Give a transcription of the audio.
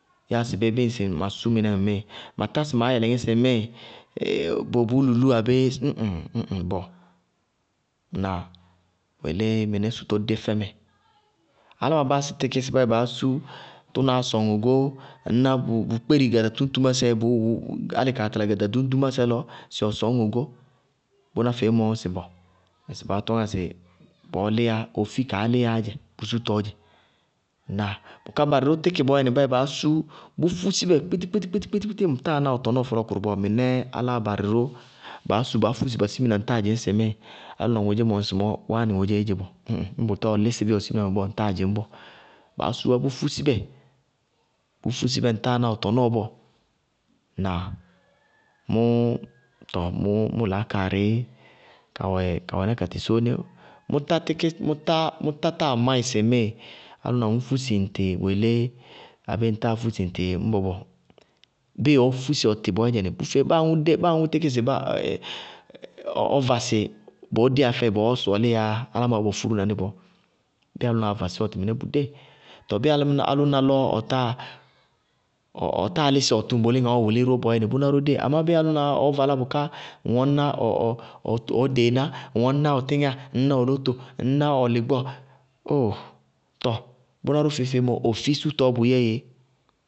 Ya síɩ bíɩ ŋsɩ ba sú mɩnɛ ŋmíɩ, ma tá maá yɛlɛŋí sɩ bʋwɛ bʋʋ lulú abéé ñ ŋ ñ ŋ bɔɔ. Ŋnáa? Bʋ yelé mɩnɛ sútɔ dé fɛmɛ. Áláma báásɩ tíkí sɩ ba yɛ baá sú tʋnáá sɔŋ ogó ŋñná bʋʋ kpéri garatúñtumásɛ álɩ kaa tala garaɖúñɖumásɛ lɔ, sɩ ɔ sɔñ ogó. Bʋná feé mɔ sɩ bɔŋ, ŋsɩ baa tɔñŋá sɩ bɔɔ líyá ofí kaá líyáá dzɛ, kʋ sútɔɔ dzɛ. Ŋnáa? Bʋká barɩ ró tíkɩ bɔɔyɛnɩ, báyɛ baá sú bʋ fúsi bɛ kpítíkpítí ŋtáa ná ɔ tɔnɔɔ fɔlɔɔ kʋrʋ bɔɔ, mɩnɛɛ áláa barɩí ró, baá sú baá fúsi bá simina ŋtáa dzɩñ sɩ ŋmíɩ álʋna ŋodzé mɔ ŋsɩmɔɔ, wáánɩ ŋodzéé dzé bɔɔ. Ñ ŋ ñŋ bʋtɛɛ ɔ lísɩ bí ɔ simina mɛ bɔɔ, ŋtáa dzɩñ bɔɔ. Baá súúwá bʋ fúsi bɛ ŋtáa ná ɔ tɔnɔɔ bɔɔ. Ŋnáa? Mʋʋ tɔɔ mʋ laákaarɩ, kawɛ ná katɩ sóóni, mʋtá tíkí, mʋ tátáa máɩ sɩŋmíɩ alʋna ŋñ fúsi ŋtɩ abé ŋtáa fúsi ŋtɩ ñbɔ bɔɔ. Bíɩ ɔɔ fúsi ɔtɩ bɔɔdzɛnɩ bʋfeé, báa aŋʋ dé báa aŋʋ tíkɩ sɩ ɔ vasɩ bɔɔ déyá fɛɩ, bɔɔ ɔ sɔɔlíyáá yá, álámaá bɔ fúruú naní bɔɔ. Bíɩ alʋnaá vasí ɔtɩ mɩnɛ, bʋ dée. Tɔɔ bíɩ álʋna lɔ ɔtáa lísɩ ɔ tuŋbolíŋá ɔɔ wʋlí ró bɔɔyɛnɩ, bʋná ró dée. Amá ñŋ alʋnaá ɔɔ valá bʋká ŋwɛ ŋñná ɔɔdeená, ŋñná ɔ tíŋáa, ŋñná ɔ lóto, ŋñná ɔ lɩgbɔɔ, óooo! Tɔɔ bʋná feé-feé ró mɔ ofí sútɔɔ bʋ yɛ éé.